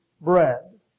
bread